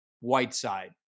Whiteside